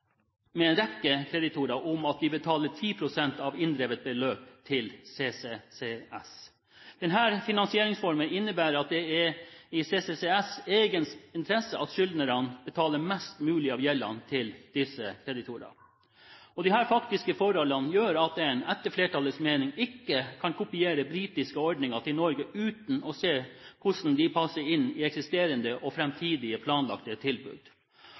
med en rekke kreditorer om at de betaler 10 pst. av inndrevet beløp til CCCS. Denne finansieringsformen innebærer at det er i CCCS' egen interesse at skyldnere betaler mest mulig av gjelden til disse kreditorene. Disse faktiske forholdene gjør at en – etter flertallets mening – ikke kan kopiere britiske ordninger til Norge uten å se på hvordan de passer inn i eksisterende og framtidige planlagte tilbud.